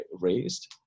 raised